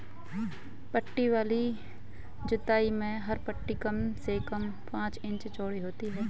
पट्टी वाली जुताई में हर पट्टी कम से कम पांच इंच चौड़ी होती है